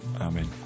amen